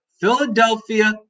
Philadelphia